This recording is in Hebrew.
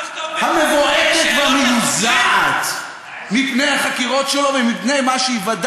המבועתת והמיוזעת מפני החקירות שלו ומפני מה שייוודע